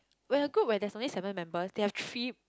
when the group when there is only seven members they have three